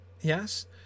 Yes